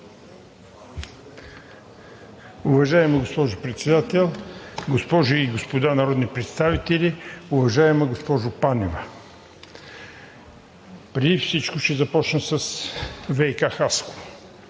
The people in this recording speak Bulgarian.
Уважаема госпожо Председател, госпожи и господа народни представители! Уважаема госпожо Панева, преди всичко ще започна с ВиК – Хасково.